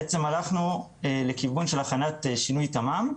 בעצם הלכנו בעצם לכיוון של הכנת שינוי תמ"מ,